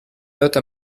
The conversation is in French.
note